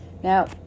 Now